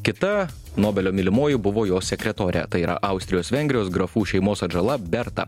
kita nobelio mylimoji buvo jo sekretorė tai yra austrijos vengrijos grafų šeimos atžala berta